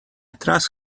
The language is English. trust